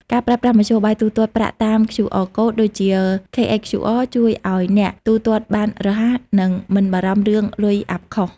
ការប្រើប្រាស់មធ្យោបាយទូទាត់ប្រាក់តាម QR Code ដូចជា KHQR ជួយឱ្យអ្នកទូទាត់បានរហ័ស និងមិនបារម្ភរឿងលុយអាប់ខុស។